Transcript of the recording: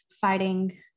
fighting